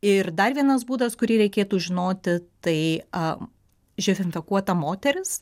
ir dar vienas būdas kurį reikėtų žinoti tai živ infekuota moteris